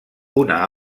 una